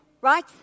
right